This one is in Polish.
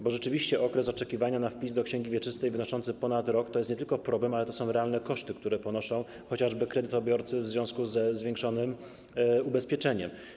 Bo rzeczywiście okres oczekiwania na wpis do księgi wieczystej wynoszący ponad rok to jest nie tylko problem, ale to są też realne koszty, które ponoszą chociażby kredytobiorcy w związku ze zwiększonym ubezpieczeniem.